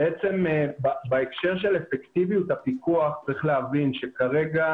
בהקשר של אפקטיביות הפיקוח, צריך להבין שכרגע